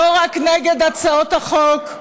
לא רק נגד הצעות החוק.